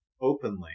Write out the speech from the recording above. openly